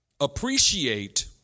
appreciate